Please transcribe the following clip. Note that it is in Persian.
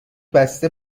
بسته